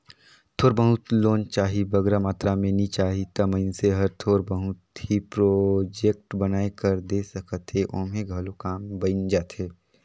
थोर बहुत लोन चाही बगरा मातरा में नी चाही ता मइनसे हर थोर बहुत ही प्रोजेक्ट बनाए कर दे सकत हे ओम्हां घलो काम बइन जाथे